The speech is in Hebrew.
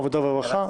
עבודה ורווחה,